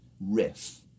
riff